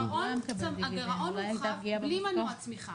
הגירעון הורחב בלי מנוע צמיחה.